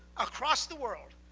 across the world,